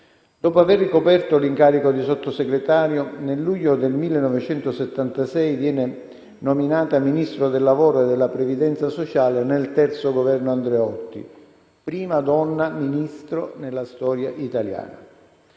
Dopo aver ricoperto l'incarico di Sottosegretario, nel luglio del 1976 viene nominata Ministro del lavoro e della previdenza sociale nel III Governo Andreotti, prima donna Ministro nella storia italiana.